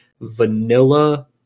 vanilla